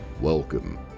Welcome